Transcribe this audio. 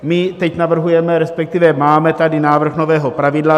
My teď navrhujeme, respektive máme tady návrh nového pravidla.